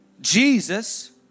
Jesus